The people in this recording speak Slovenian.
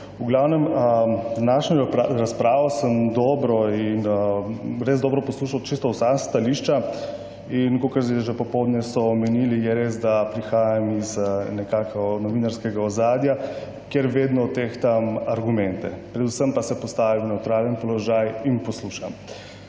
V glavnem, današnjo razpravo sem dobro in res dobro poslušal čisto vsa stališča in kakor so že popoldne so omenili je res, da prihajam iz nekako novinarskega ozadja, kjer vedno tehtam argumente, predvsem pa se postavim v nevtralen položaj in poslušam.